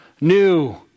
new